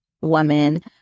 woman